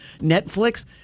Netflix